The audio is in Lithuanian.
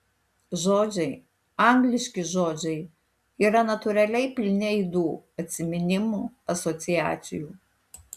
žodžiai angliški žodžiai yra natūraliai pilni aidų atsiminimų asociacijų